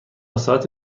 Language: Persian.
ساعت